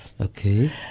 Okay